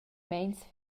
meins